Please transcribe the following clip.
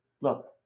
Look